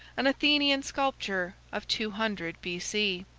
an athenian sculptor of two hundred b c,